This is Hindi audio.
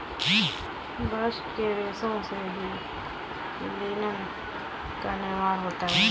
बास्ट के रेशों से ही लिनन का भी निर्माण होता है